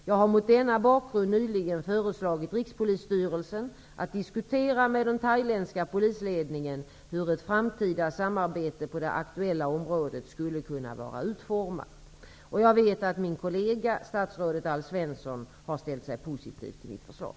Jag har mot denna bakgrund nyligen föreslagit Rikspolisstyrelsen att diskutera med den thailändska polisledningen hur ett framtida samarbete på det aktuella området skulle kunna vara utformat. Jag vet att min kollega, statsrådet Alf Svensson, har ställt sig positiv till mitt förslag.